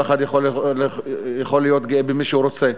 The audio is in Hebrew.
כל אחד יכול להיות גאה במי שהוא רוצה,